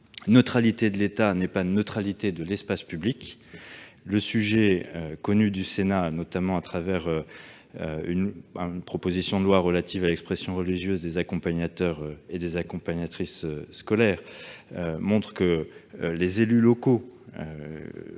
neutralité de l'État n'est pas neutralité de l'espace public. Le sujet est connu du Sénat, qui a voté, en octobre dernier, une proposition de loi relative à l'expression religieuse des accompagnateurs et des accompagnatrices scolaires. Cela montre que les élus locaux